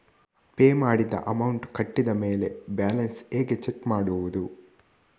Pay ಮಾಡಿದ amount ಕಟ್ಟಿದ ಮೇಲೆ ಬ್ಯಾಲೆನ್ಸ್ ಹೇಗೆ ಚೆಕ್ ಮಾಡುವುದು?